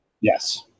Yes